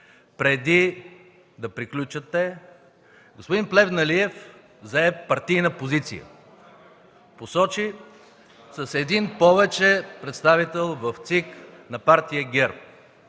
Преди да приключат те, господин Плевнелиев зае партийна позиция – посочи с един повече представител в ЦИК на Партия ГЕРБ